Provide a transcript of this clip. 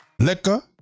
Liquor